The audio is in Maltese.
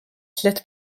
tliet